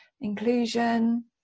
inclusion